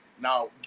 Now